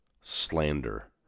slander